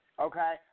Okay